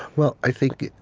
well, i think